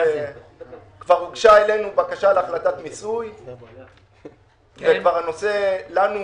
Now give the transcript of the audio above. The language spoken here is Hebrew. כבר הוגשה לנו בקשה להחלטת מיסוי והנושא לנו מוכר.